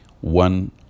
one